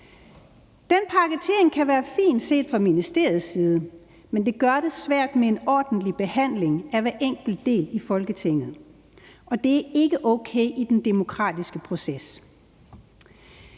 Den pakketering kan være fin set fra ministeriets side, men det gør det svært med en ordentlig behandling af hver enkelt del i Folketinget, og det er ikke okay i den demokratiske proces.